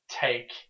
take